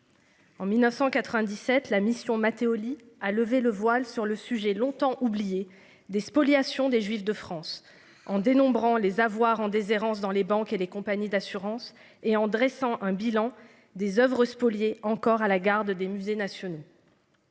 En 1997, la mission Mattéoli a levé le voile sur le sujet longtemps oubliée des spoliations des juifs de France en dénombrant les avoirs en déshérence dans les banques et les compagnies d'assurance et en dressant un bilan des Oeuvres spoliées encore à la garde des musées nationaux.